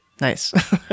nice